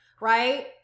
right